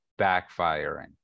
backfiring